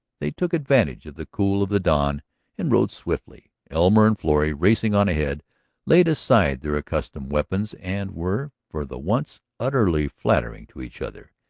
they took advantage of the cool of the dawn and rode swiftly. elmer and florrie racing on ahead laid aside their accustomed weapons and were, for the once, utterly flattering to each other.